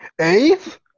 Eighth